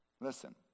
Listen